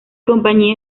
compañía